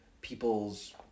people's